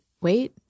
Wait